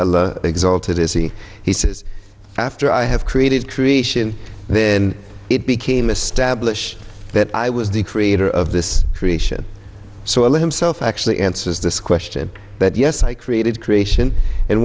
he he says after i have created creation then it became established that i was the creator of this creation so i let himself actually answers this question but yes i created creation and